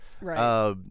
Right